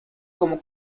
como